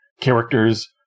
characters